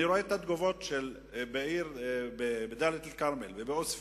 אני רואה את התגובות בדאלית-אל-כרמל ובעוספיא,